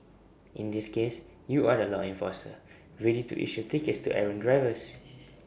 in this case you are the law enforcer ready to issue tickets to errant drivers